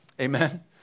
Amen